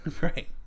Right